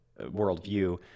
worldview